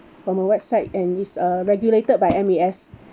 from a website and is uh regulated by M_A_S